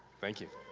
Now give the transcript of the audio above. thank you.